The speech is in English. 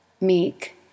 meek